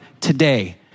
today